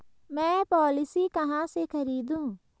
मैं पॉलिसी कहाँ से खरीदूं?